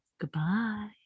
Goodbye